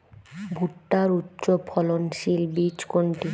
ভূট্টার উচ্চফলনশীল বীজ কোনটি?